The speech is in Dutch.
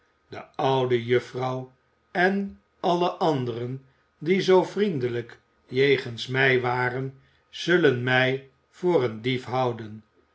de oude juffrouw en alle anderen die zoo vriendelijk jegens mij waren zullen mij voor een dief houden